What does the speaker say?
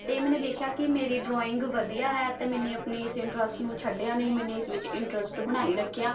ਤਾਂ ਮੈਨੇ ਦੇਖਿਆ ਕਿ ਮੇਰੀ ਡਰੋਇੰਗ ਵਧੀਆ ਹੈ ਕਿ ਮੈਨੇ ਆਪਣੇ ਇਸ ਇਨਟਰੱਸਟ ਨੂੰ ਛੱਡਿਆ ਨਹੀਂ ਮੈਨੇ ਇਸ ਵਿੱਚ ਇਨਟਰੱਸਟ ਬਣਾਈ ਰੱਖਿਆ